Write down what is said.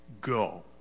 go